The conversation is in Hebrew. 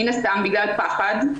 מן הסתם בגלל פחד.